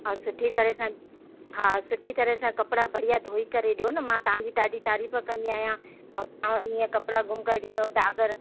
ऐं सुठी तरह सां हा सुठी तरह सां कपिड़ा बढ़िया धोई करे ॾियो न मां तव्हांजी ॾाढी तारीफ़ कंदी आहियां ऐं तव्हां वरी इहा कपिड़ा गुम करे ॾींदव दाॻ